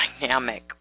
dynamic